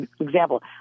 example